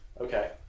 Okay